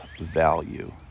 value